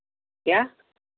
क्या